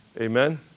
Amen